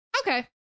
Okay